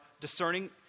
discerning